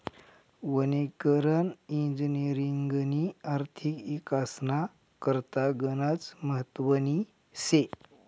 वनीकरण इजिनिअरिंगनी आर्थिक इकासना करता गनच महत्वनी शे